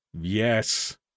Yes